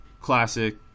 classic